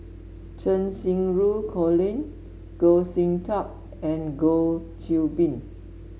Cheng Xinru Colin Goh Sin Tub and Goh Qiu Bin